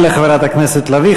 תודה לחברת הכנסת לביא.